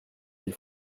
des